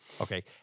okay